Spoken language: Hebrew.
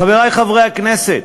חברי חברי הכנסת,